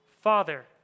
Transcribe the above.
Father